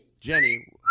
Jenny